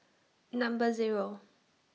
Number Zero